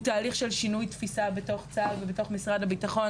הוא תהליך של שינוי תפיסה בתוך צה"ל ובתוך משרד הביטחון,